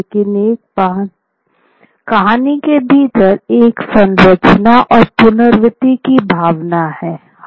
लेकिन प्रत्येक कहानी के भीतर एक संरचना और पुनरावृत्ति की भावना है